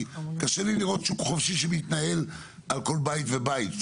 כי קשה לי לראות שוק חופשי שמתנהל על כל בית ובית.